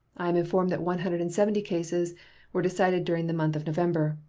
i am informed that one hundred and seventy cases were decided during the month of november.